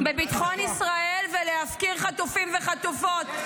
-- כדי לפגוע בביטחון ישראל ולהפקיר חטופים וחטופות?